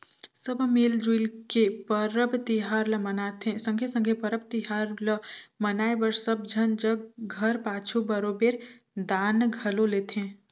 सब मिल जुइल के परब तिहार ल मनाथें संघे संघे परब तिहार ल मनाए बर सब झन जग घर पाछू बरोबेर दान घलो लेथें